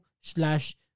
slash